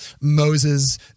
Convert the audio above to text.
Moses